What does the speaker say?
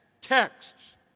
texts